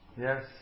Yes